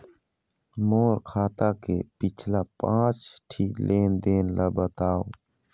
मोर खाता के पिछला पांच ठी लेन देन ला बताव?